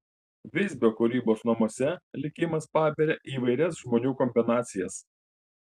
visbio kūrybos namuose likimas paberia įvairias žmonių kombinacijas